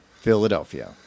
Philadelphia